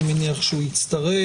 אני מעריך שיצטרף.